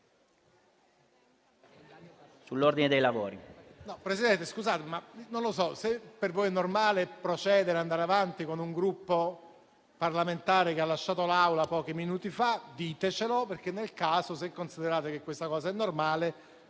so se per voi è normale procedere e andare avanti con un Gruppo parlamentare che ha lasciato l'Aula pochi minuti fa. Ditecelo perché, nel caso, se considerate la cosa normale,